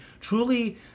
truly